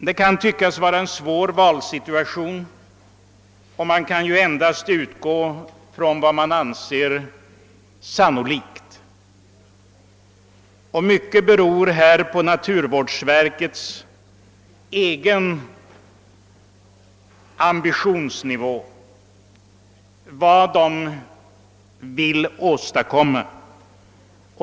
Det kan tyckas vara en svår val situation, och man kan endast utgå från vad man anser mest sannolikt. Mycket beror på <naturvårdsverkets egen ambitionsnivå, på vad verket vill åstadkomma.